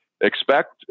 expect